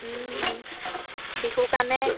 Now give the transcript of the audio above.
বিহু কাৰণে